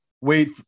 wait